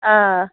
آ